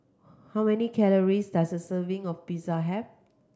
how many calories does a serving of Pizza have